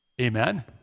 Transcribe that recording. Amen